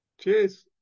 Cheers